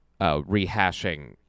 rehashing